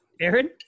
Aaron